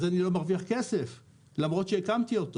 אז אני לא מרוויח כסף למרות שהקמתי אותו.